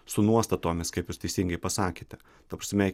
su nuostatomis kaip jūs teisingai pasakėte ta prasme